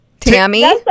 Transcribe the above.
Tammy